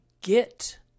get